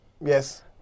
yes